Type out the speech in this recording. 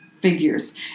Figures